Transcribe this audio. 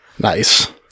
Nice